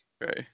right